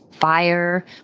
fire